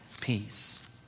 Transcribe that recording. peace